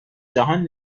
جهان